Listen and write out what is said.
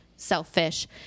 selfish